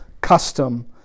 custom